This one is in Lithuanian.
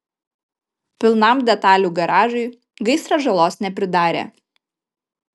pilnam detalių garažui gaisras žalos nepridarė